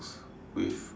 with